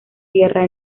tierra